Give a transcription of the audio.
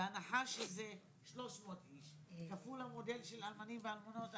בהנחה שזה 300 איש כפול המודל של אלמנים ואלמנות,